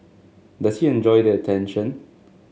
does he enjoy the attention